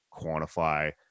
quantify